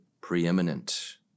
preeminent